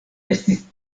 estis